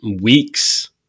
weeks